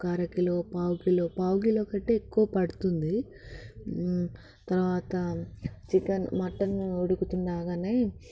ఒక అరకిలో పావుకిలో పావు కిలో కంటే ఎక్కువ పడుతుంది తర్వాత చికెన్ మటన్ ఉడుకు ఉండగానే